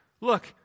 Look